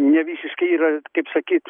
nevisiškai yra kaip sakyt